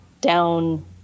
down